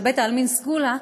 של בית העלמין סגולה,